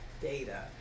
data